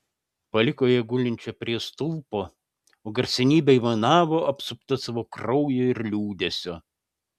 paliko ją gulinčią prie stulpo o garsenybė aimanavo apsupta savo kraujo ir liūdesio